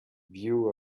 view